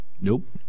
Nope